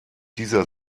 dieser